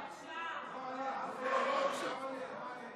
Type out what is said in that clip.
נקיים דיון, הוא משך את הצעת החוק?